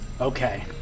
Okay